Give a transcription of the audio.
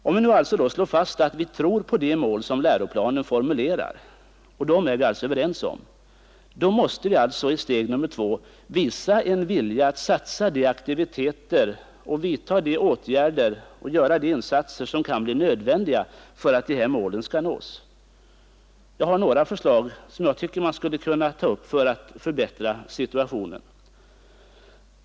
Om vi alltså slår fast att vi tror på de mål som läroplanen formulerar — dessa är vi alltså överens om — måste vi som steg nr 2 visa en vilja att satsa på de aktiviteter, vidta de åtgärder och göra de insatser som kan bli nödvändiga för att nå målen. Några förslag för att förbättra situationen.